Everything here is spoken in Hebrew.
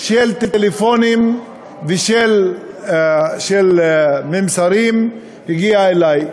של טלפונים ושל מסרים הגיע אלי,